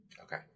Okay